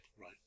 Right